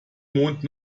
mond